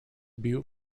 butte